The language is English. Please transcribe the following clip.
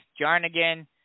Jarnigan